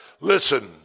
Listen